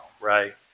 right